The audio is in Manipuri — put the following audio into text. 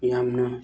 ꯌꯥꯝꯅ